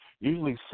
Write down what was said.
usually